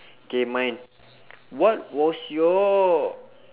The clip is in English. K mine what was your